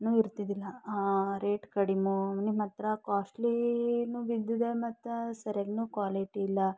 ನೂ ಇರ್ತದ್ದಿಲ್ಲ ರೇಟ್ ಕಡಿಮೆ ನಿಮ್ಮ ಹತ್ತಿರ ಕಾಸ್ಟ್ಲಿನು ಬಿದ್ದಿದೆ ಮತ್ತು ಸರಿಯಾಗಿನೂ ಕ್ವಾಲಿಟಿ ಇಲ್ಲ